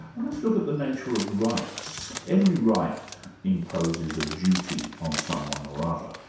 let's look at the nature of rights. every right imposes a duty on someone or other.